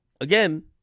again